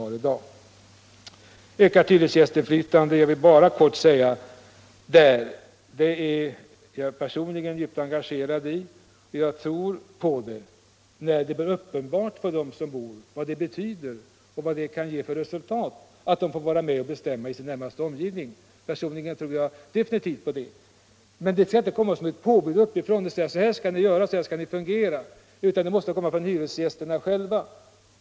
När det gäller ett ökat hyresgästinflytande är jag personligen starkt engagerad. Jag tror på ett ökat hyresgästinflytande, när det blir uppenbart för de boende vad det betyder och vad det kan ge för resultat ifall de får vara med och bestämma om sin närmaste omgivning. Men det skall inte komma som ett påbud uppifrån, utan det måste komma från hyresgästerna själva.